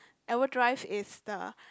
overdrive is the